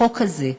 החוק הזה,